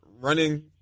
running